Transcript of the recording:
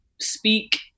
speak